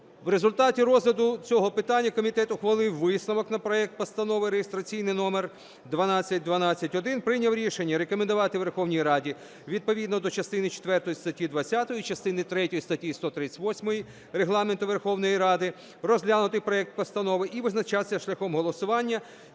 У результаті розгляду цього питання комітет ухвалив висновок на проект Постанови, реєстраційний номер 12121, прийняв рішення рекомендувати Верховній Раді відповідно до частини четвертої статті 20, частини третьої статті 138 Регламенту Верховної Ради розглянути проект постанови і визначатись шляхом голосування